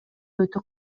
өтө